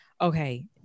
okay